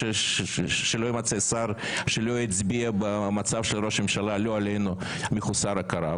שלא יימצא שר שלא יצביע במצב של ראש ממשלה לא עלינו מחוסר הכרה,